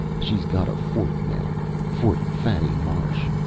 she's got a fort, now fort fanny marsh.